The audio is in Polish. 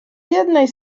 jednej